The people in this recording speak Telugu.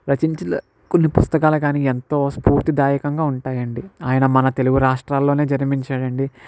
రచించిన కొన్ని పుస్తకాలు కానీ ఎంతో స్ఫూర్తిదాయకంగా ఉంటాయండి ఆయన మన తెలుగు రాష్ట్రాల్లోనే జన్మించాడు అండి